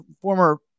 former